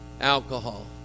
alcohol